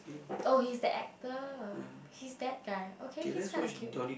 oh he is the actor he is that guy okay he's kind of cute